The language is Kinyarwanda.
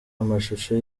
amashusho